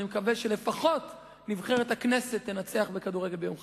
אני מקווה שלפחות נבחרת הכנסת תנצח בכדורגל ביום חמישי.